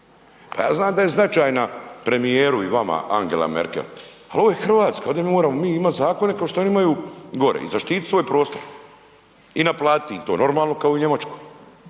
Pa ja znam da je značajna premijer i vama Angela Merkel, ali ovo je Hrvatska, ovdje mi moramo mi imati zakone kao što oni imaju gore i zaštiti svoj prostor i naplatiti im to, normalno kao i u Njemačkoj.